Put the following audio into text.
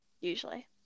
usually